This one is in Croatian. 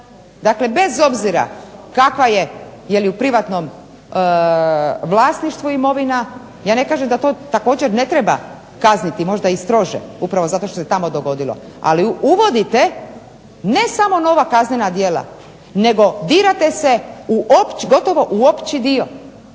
Dakle, bez obzira kakva je jel u privatnom vlasništvu imovina, ja ne kažem da to također ne treba kazniti možda i strože upravo zato što se tamo i dogodilo. Ali uvodite ne samo nova kaznena djela, nego dirate se u gotovo opći dio,